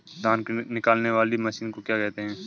धान निकालने वाली मशीन को क्या कहते हैं?